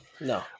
No